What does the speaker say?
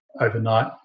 overnight